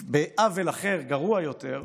בעוול אחר, גרוע יותר,